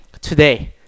today